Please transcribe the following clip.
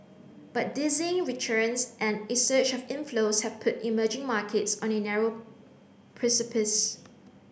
but dizzying returns and it surge of inflows have put emerging markets on a narrow precipice